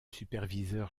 superviseur